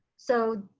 so,